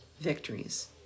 victories